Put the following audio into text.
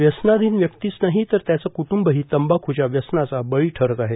व्यसनाधिन व्यक्तीच नाही तर त्यांचं क्टूंबही तंबाखूच्या व्यसनाचा बळी ठरत आहेत